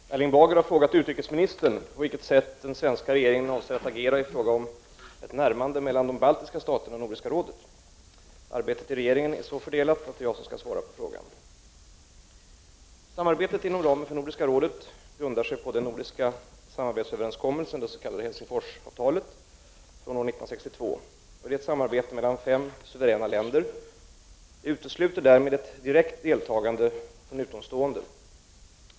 Herr talman! Erling Bager har frågat utrikesministern på vilket sätt den svenska regeringen avser att agera i fråga om ett närmande mellan de baltiska staterna och Nordiska rådet. Arbetet inom regeringen är så fördelat att det är jag som skall svara på frågan. Samarbetet inom ramen för Nordiska rådet grundar sig på den nordiska samarbetsöverenskommelsen, det s.k. Helsingforsavtalet från år 1962. Det är ett samarbete mellan fem suveräna länder. Det utesluter därmed ett direkt deltagande från utomstående.